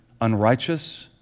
unrighteous